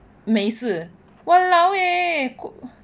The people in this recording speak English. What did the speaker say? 没事 !walao! eh cook